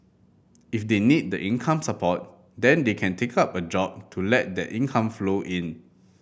if they need the income support then they can take up a job to let that income flow in